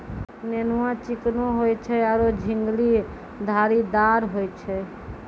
नेनुआ चिकनो होय छै आरो झिंगली धारीदार होय छै